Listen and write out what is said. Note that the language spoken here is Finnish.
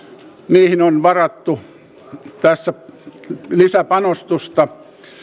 niihin on varattu tässä lisäpanostusta